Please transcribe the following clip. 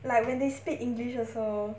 like when they speak english also